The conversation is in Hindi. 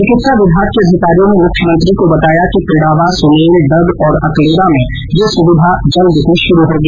चिकित्सा विभाग के अधिकारियों ने मुख्यमंत्री को बताया कि पिड़ावा सुनेल डग और अकलेरा में यह सुविधा जल्द ही शुरू होगी